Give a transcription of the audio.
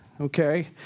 okay